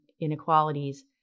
inequalities